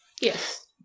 Yes